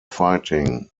fighting